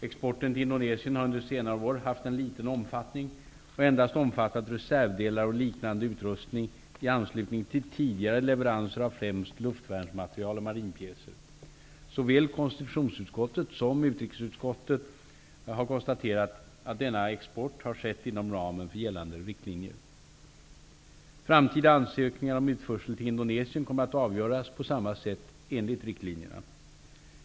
Exporten till Indonesien har under senare år haft en liten omfattning och endast omfattat reservdelar och liknande utrustning i anslutning till tidigare leveranser av främst luftvärnsmateriel och marinpjäser. Såväl konstitutionsutskottet som utrikesutskottet har konstaterat, att denna export skett inom ramen för gällande riktlinjer. Framtida ansökningar om utförsel till Indonesien kommer att avgöras på samma sätt enligt riktlinjerna.